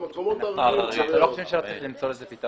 במקומות --- אנחנו חושבים שהיה צריך למצוא פתרון.